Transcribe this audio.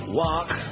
walk